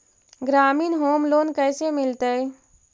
ग्रामीण home loan कैसे मिलतै?